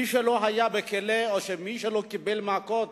מי שלא היה בכלא או מי שלא קיבל מכות